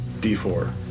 D4